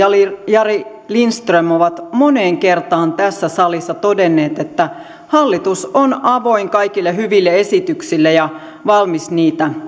jari lindström ovat moneen kertaan tässä salissa todenneet että hallitus on avoin kaikille hyville esityksille ja valmis niitä